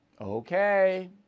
Okay